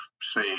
say